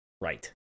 right